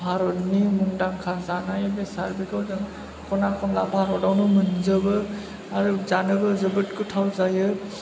भारतनि मुंदांखा जानाय बेसाद बेखौ जों खना खनला भारत आवनो मोनजोबो आरो जानोबो जोबोद गोथाव जायो